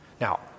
Now